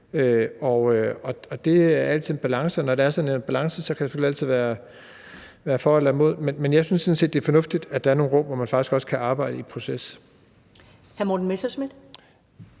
Det er altid en balance, og når der er sådan en balance, kan der selvfølgelig altid være for eller imod. Men jeg synes sådan set, at det er fornuftigt, at der er nogle rum, hvor man faktisk også kan arbejde i proces. Kl. 16:29 Første